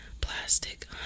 Plastic